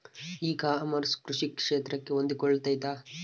E commerce ಕೃಷಿ ಕ್ಷೇತ್ರಕ್ಕೆ ಹೊಂದಿಕೊಳ್ತೈತಾ?